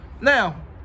now